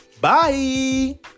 Bye